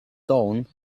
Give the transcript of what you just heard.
dawn